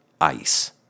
ice